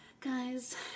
Guys